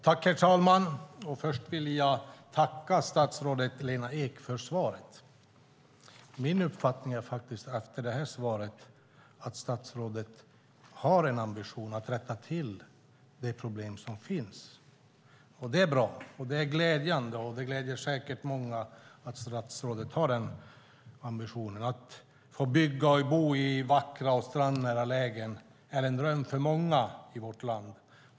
Herr talman! Först vill jag tacka statsrådet Lena Ek för svaret. Min uppfattning efter detta svar är faktiskt att statsrådet har en ambition att rätta till de problem som finns. Det är bra och glädjande. Det gläder säkert många att statsrådet har den ambitionen. Att få bygga och bo i vackra, strandnära lägen är en dröm för många i vårt land.